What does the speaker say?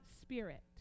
Spirit